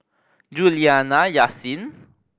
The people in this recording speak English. Juliana Yasin